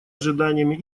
ожиданиями